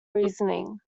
reasoning